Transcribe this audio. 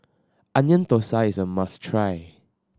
Onion Thosai is a must try